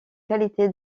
qualité